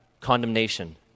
condemnation